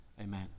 Amen